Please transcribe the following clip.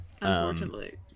Unfortunately